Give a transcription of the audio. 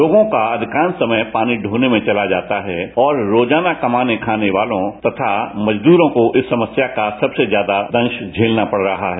लोगों का अधिकांश समय पानी ढोने में चला जाता है और रोजाना कमाने खाने वालों तथा मजदूरों को इस समस्या का सबसे ज्यादा दंश झेलना पड़ रहा है